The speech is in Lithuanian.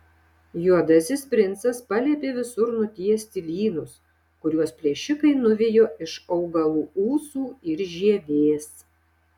juodasis princas paliepė visur nutiesti lynus kuriuos plėšikai nuvijo iš augalų ūsų ir žievės